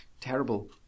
Terrible